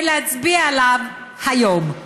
ולהצביע עליו היום.